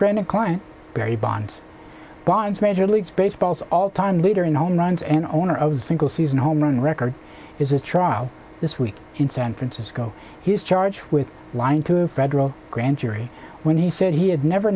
friend and client barry bonds wives major league baseball's all time later in home runs and owner of the single season home run record is the trial this week in san francisco he is charged with lying to federal grand jury when he said he had never